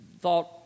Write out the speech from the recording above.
thought